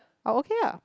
oh okay ah